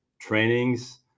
trainings